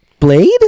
Blade